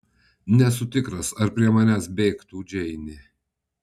nesu tikras ar prie manęs bėgtų džeinė